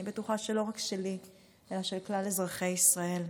אני בטוחה שלא רק שלי אלא של כלל אזרחי ישראל.